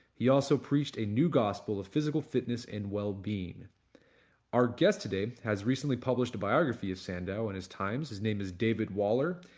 he also preached a new gospel of physical fitness and well-being our guest today has recently published a biography of sandow and his times. his name is david waller,